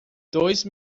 dois